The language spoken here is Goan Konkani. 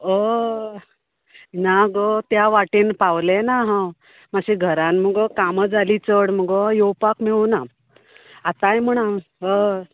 हय ना गो त्या वाटेन पावलें ना हांव मात्शें घरान मुगो कामां जाली चड मुगो आनी येवपाक मेळूं ना आतांय म्हण हांव हय